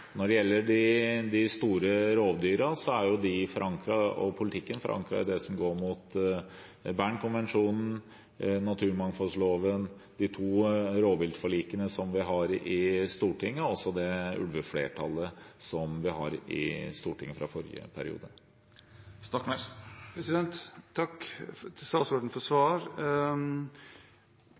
Når det gjelder de store rovdyrene, er politikken forankret i Bernkonvensjonen, naturmangfoldloven, de to rovdyrforlikene i Stortinget og i ulveflertallet i Stortinget fra forrige periode. Jeg takker statsråden for